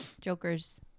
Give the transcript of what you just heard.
Joker's